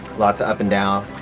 lots up and down.